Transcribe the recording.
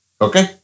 Okay